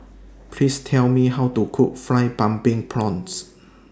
Please Tell Me How to Cook Fried Pumpkin Prawns